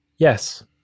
Yes